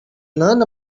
learn